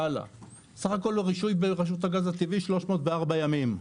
סך הכול רישוי ברשות הגז הטבעי 304 ימים,